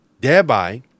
Thereby